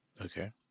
Okay